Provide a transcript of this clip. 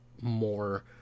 more